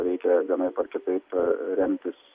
reikia vienaip ar kitaip remtis